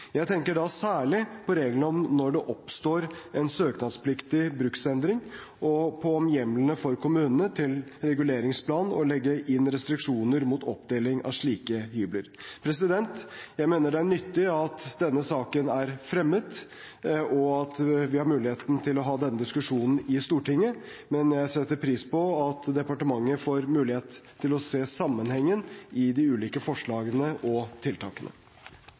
Jeg tenker da særlig på reglene om når det oppstår en søknadspliktig bruksendring, og på hjemlene for kommunene til i reguleringsplanen å legge inn restriksjoner mot oppdeling av slike hybler. Jeg mener det er nyttig at denne saken er fremmet, og at vi har muligheten til å ha denne diskusjonen i Stortinget, men jeg setter pris på at departementet får muligheten til å se sammenhengen i de ulike forslagene og tiltakene.